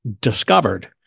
discovered